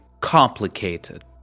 complicated